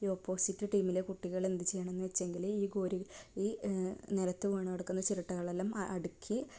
ഈ ഓപ്പോസിറ്റ് ടീമിലെ കുട്ടികൾ എന്ത് ചെയ്യണമെന്ന് വെച്ചെങ്കിൽ ഈ ഗോരി ഈ നിലത്ത് വീണു കിടക്കുന്ന ചിരട്ടകൾ എല്ലാം അടുക്കി